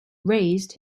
raised